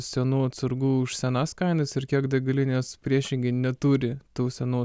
senų atsargų už senas kainas ir kiek degalinės priešingai neturi tų senų